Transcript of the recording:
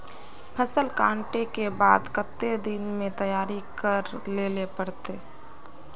फसल कांटे के बाद कते दिन में तैयारी कर लेले पड़ते?